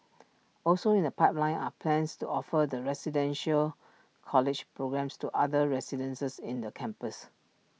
also in the pipeline are plans to offer the residential college programmes to other residences in the campus